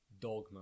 dogma